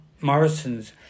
Morrison's